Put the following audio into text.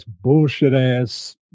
bullshit-ass